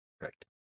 Correct